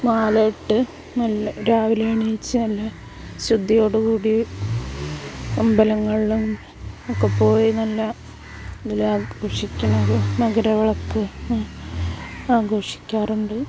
മാലയിട്ട് നല്ല രാവിലെ എണീച്ച് നല്ല ശുദ്ധിയോടുകൂടി അമ്പലങ്ങളിലും ഒക്കെ പോയി നല്ല നല്ല ആഘോഷിക്കണൊരു മകരവിളക്ക് ആഘോഷിക്കാറുണ്ട്